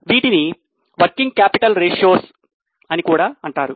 వీటిని working capital ratios అని కూడా అంటారు